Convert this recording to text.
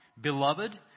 Beloved